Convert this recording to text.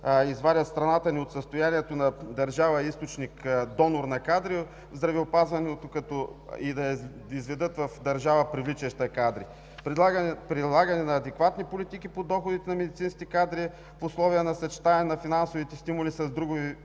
извадят страната ни от състоянието на държава, източник, донор на кадри в здравеопазването и да ги изведат в държави, привличащи кадри; прилагане на адекватни политики по доходите на медицинските кадри в условия на съчетаване на финансовите стимули с други